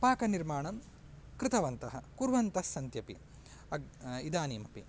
पाकनिर्माणं कृतवन्तः कुर्वन्तः सन्त्यपि इदानीमपि